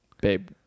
babe